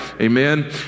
amen